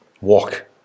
Walk